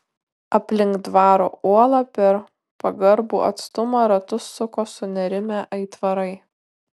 aplink dvaro uolą per pagarbų atstumą ratus suko sunerimę aitvarai